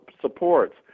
supports